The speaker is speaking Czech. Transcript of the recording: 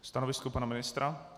Stanovisko pana ministra?